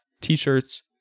t-shirts